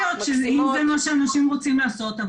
יכול להיות שאם זה מה שאנשים רוצים לעשות,